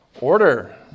order